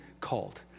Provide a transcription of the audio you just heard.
Called